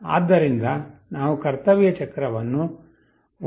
ಆದ್ದರಿಂದ ನಾವು ಕರ್ತವ್ಯ ಚಕ್ರವನ್ನು 1